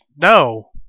No